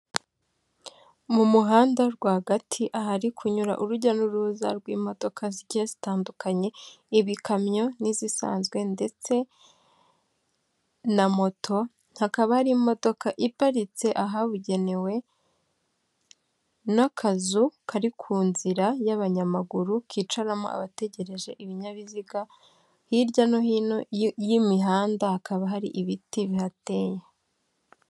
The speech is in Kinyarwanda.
Mu muhanda rwagati ahari kunyura urujya n'uruza rw'imodoka zigiye zitandukanye, ibikamyo n'izisanzwe ndetse na moto, hakaba hari imodoka iparitse ahabugenewe n'akazu kari ku nzira y'abanyamaguru kicaramo abategereje ibinyabiziga, hirya no hino y'imihanda hakaba hari ibiti bihateye.